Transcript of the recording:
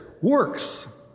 works